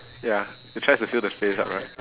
ya you tried to fill the space up right